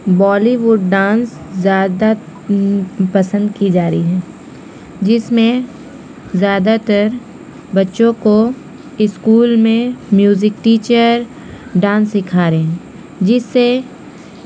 Bali would dance زیادہ پسند کی جا رہی ہے جس میں زیادہ تر بچوں کو اسکول میں میوزک ٹیچر ڈانس سکھا رہے ہیں جس سے